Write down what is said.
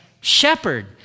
shepherd